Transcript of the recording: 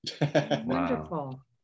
Wonderful